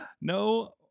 No